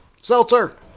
seltzer